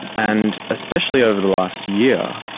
and especially over the last year,